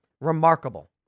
Remarkable